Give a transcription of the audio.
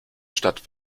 stadt